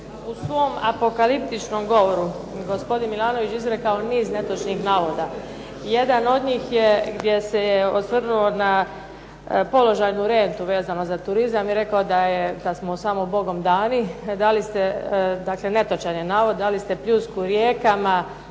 U svom apokaliptičnom govoru gospodin Milanović je izrekao niz netočnih navoda. Jedan od njih je gdje se osvrnuo na položajnu rentu vezano za turizam i rekao je da smo samo Bogom dani. Dakle, netočan je navod. Dali ste pljusku rijekama